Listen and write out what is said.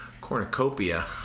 cornucopia